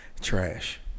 trash